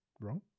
wrong